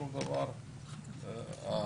לשמוע את דעתם על ההתנהלות.